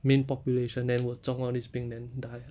main population then will 中 all this 病 then die